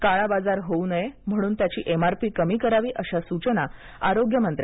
काळा बाजार होऊ नये म्हणून त्याची एमआरपी कमी करावी अशा सूचना आरोग्यमंत्री श्री